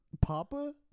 papa